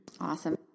Awesome